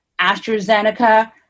AstraZeneca